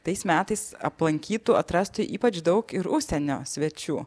tais metais aplankytų atrastų ypač daug ir užsienio svečių